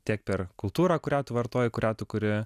tiek per kultūrą kurią tu vartoji kurią tu kuri